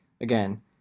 Again